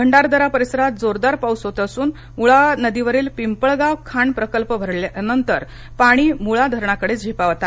भंडारदरा परिसरात जोरदार पाऊस होत असून मुळा नदीवरील पिंपळगाव खांड प्रकल्प भरल्यानंतर पाणी मुळा धरणाकडे झेपावत आहे